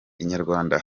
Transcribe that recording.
inyarwanda